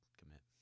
commit